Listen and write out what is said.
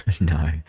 No